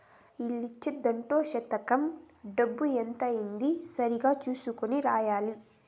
ఇలా ఇచ్చే దాంట్లో సంతకం డబ్బు ఎంత అనేది సరిగ్గా చుసుకొని రాయాలి